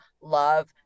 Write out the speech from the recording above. love